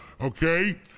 Okay